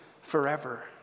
forever